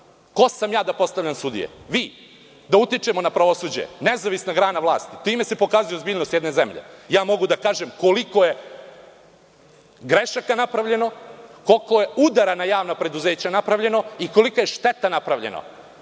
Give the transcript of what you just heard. Ko sam ja da postavljam sudije? Vi? Da utičemo na pravosuđe? Ono je nezavisna grana vlasti. Time se pokazuje ozbiljnost jedne zemlje. Ja mogu da kažem koliko je grešaka napravljeno, koliko je udara na javna preduzeća napravljeno i kolika je šteta napravljena.